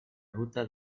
ruta